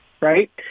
right